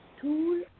tool